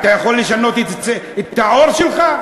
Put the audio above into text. אתה יכול לשנות את העור שלך?